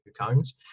cones